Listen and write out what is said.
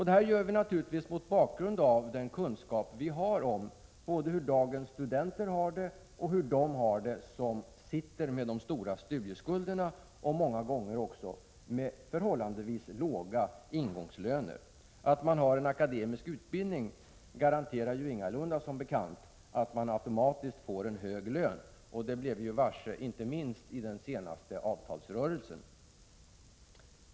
Detta gör vi naturligtvis mot bakgrund av den kunskap vi har om dels hur dagens studenter har det, dels hur de har det som sitter med stora studieskulder och med många gånger förhållandevis låga ingångslöner. Att man har en akademisk utbildning garanterar som bekant ingalunda att man automatiskt får en hög lön. Det blev vi varse inte minst i den senaste avtalsrörelsen.